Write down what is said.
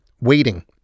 waiting